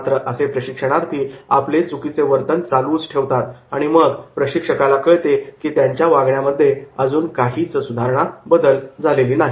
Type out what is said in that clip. मात्र काही असे प्रशिक्षणार्थी आपले चुकीचे वर्तन चालूच ठेवतात आणि मग प्रशिक्षकाला कळते की त्यांच्या वागण्यामध्ये अजून काहीच बदल सुधारणा झालेली नाही